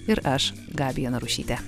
ir aš gabija narušytė